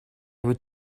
would